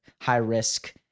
high-risk